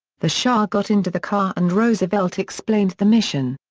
the shah got into the car and roosevelt explained the mission.